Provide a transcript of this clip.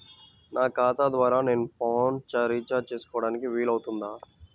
నా ఖాతా ద్వారా నేను ఫోన్ రీఛార్జ్ చేసుకోవడానికి వీలు అవుతుందా?